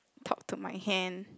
talk to my hand